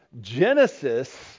Genesis